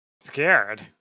Scared